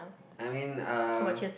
I mean uh